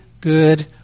good